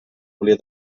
volia